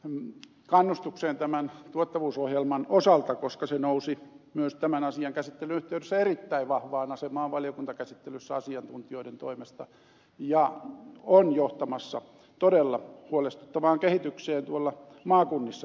mustajärven kannustukseen tämän tuottavuusohjelman osalta koska se nousi myös tämän asian käsittelyn yhteydessä erittäin vahvaan asemaan valiokuntakäsittelyssä asiantuntijoiden toimesta ja on johtamassa todella huolestuttavaan kehitykseen tuolla maakunnissakin